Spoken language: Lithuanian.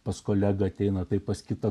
pas kolegą ateina pas kitą